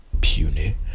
puny